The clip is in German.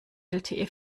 lte